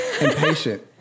impatient